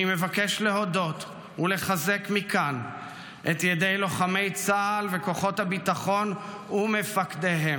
אני מבקש להודות ולחזק מכאן את ידי לוחמי צה"ל וכוחות הביטחון ומפקדיהם,